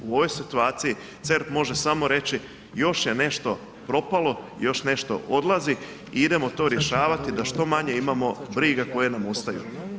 U ovoj situaciji CERP može samo reći još je nešto propalo, još nešto odlazi i idemo to rješavati da što manje imamo briga koje nam ostaju.